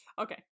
okay